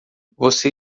você